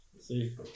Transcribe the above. See